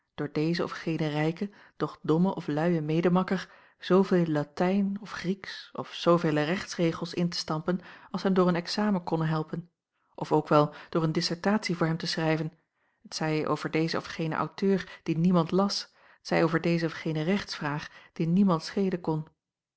door dezen of genen rijken doch dommen of luien medemakker zooveel latijn of grieksch of zoovele rechtsregels in te stampen als hem door een examen konnen helpen of ook wel door een dissertatie voor hem te schrijven t zij over dezen of genen auteur dien niemand las t zij over deze of gene rechtsvraag die niemand schelen kon